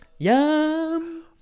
Yum